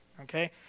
okay